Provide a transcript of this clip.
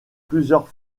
plusieurs